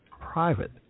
private